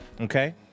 okay